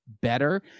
better